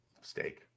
steak